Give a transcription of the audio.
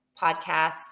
Podcast